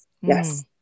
yes